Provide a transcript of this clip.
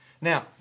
Now